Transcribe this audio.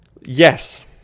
Yes